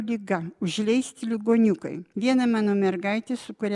liga užleisti ligoniukai viena mano mergaitė su kuria